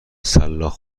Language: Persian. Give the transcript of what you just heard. سلاخ